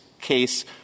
case